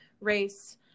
race